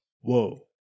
whoa